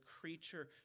creature